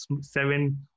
seven